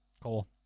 Cool